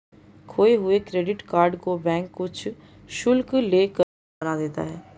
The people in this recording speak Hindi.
खोये हुए क्रेडिट कार्ड को बैंक कुछ शुल्क ले कर नया बना देता है